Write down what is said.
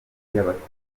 y’abatuye